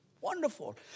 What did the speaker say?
Wonderful